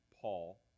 Paul